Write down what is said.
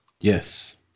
Yes